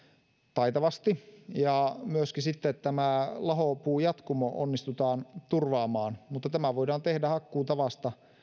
taitavasti ja myöskin lahopuujatkumo onnistutaan turvaamaan mutta tämä voidaan tehdä hakkuutavasta